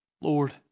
Lord